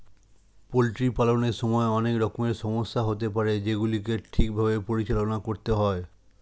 poultry পালনের সময় অনেক রকমের সমস্যা হতে পারে যেগুলিকে ঠিক ভাবে পরিচালনা করতে হয়